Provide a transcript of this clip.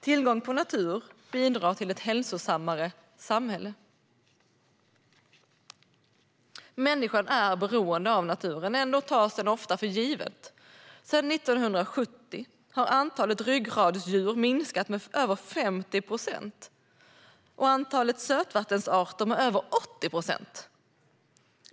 Tillgång till natur bidrar till ett hälsosammare samhälle. Människan är beroende av naturen. Ändå tas den ofta för given. Sedan 1970 har antalet ryggradsdjur minskat med över 50 procent. Antalet sötvattensarter har minskat med över 80 procent.